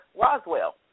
Roswell